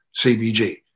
CBG